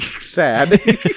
sad